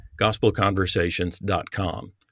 gospelconversations.com